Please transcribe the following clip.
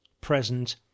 present